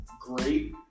great